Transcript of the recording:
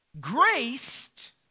graced